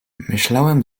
myślałem